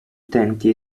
utenti